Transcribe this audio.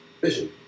vision